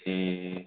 ਅਤੇ